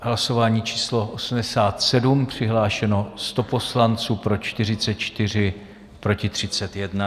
Hlasování číslo 87, přihlášeno 100 poslanců, pro 44, proti 31.